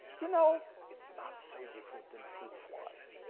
you know, it's not so different than fruit flies.